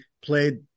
played